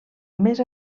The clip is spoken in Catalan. més